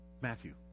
Matthew